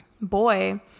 boy